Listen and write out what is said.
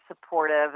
supportive